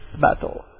battle